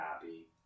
happy